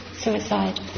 suicide